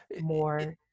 more